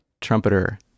trumpeter